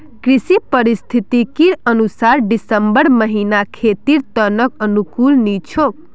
कृषि पारिस्थितिकीर अनुसार दिसंबर महीना खेतीर त न अनुकूल नी छोक